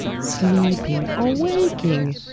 sleeping or waking,